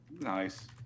Nice